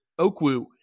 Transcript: Okwu